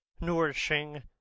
nourishing